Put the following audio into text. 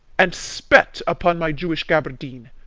and spet upon my jewish gaberdine,